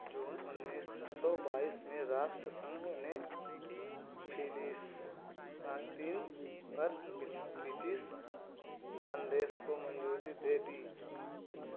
जून उन्नीस सौ बाईस में राष्ट्र संघ ने फिलिस्तीन पर ब्रिटिश जनदेश को मंजूरी दे दी